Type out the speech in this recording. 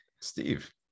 Steve